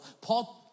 Paul